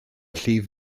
llif